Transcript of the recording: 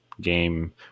game